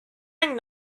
rang